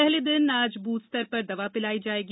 पहले दिन आज बूथ स्थर पर दवा पिलाई जायेगी